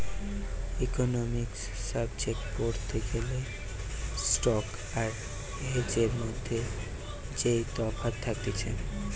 economics subject পড়তে গ্যালে spot আর হেজের মধ্যে যেই তফাৎ থাকতিছে